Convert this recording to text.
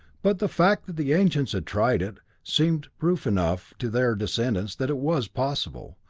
but the fact that the ancients had tried it, seemed proof enough to their descendants that it was possible,